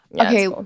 Okay